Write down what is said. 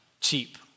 cheap